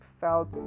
felt